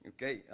Okay